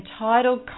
entitled